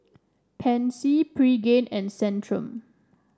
Pansy Pregain and Centrum